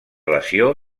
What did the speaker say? lesió